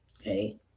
Okay